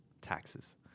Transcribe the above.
taxes